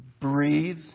breathe